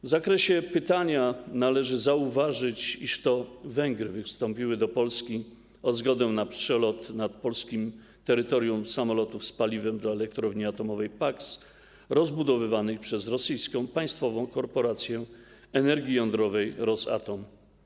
W zakresie pytania należy zauważyć, iż to Węgry wystąpiły do Polski o zgodę na przelot nad polskim terytorium samolotów z paliwem dla elektrowni atomowej Paks, rozbudowywanej przez rosyjską państwową korporację energii jądrowej Rosatom.